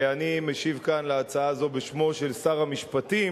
אני משיב כאן על הצעה זו בשמו של שר המשפטים,